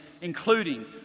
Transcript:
including